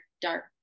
dark